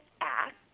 act